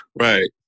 Right